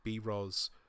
bros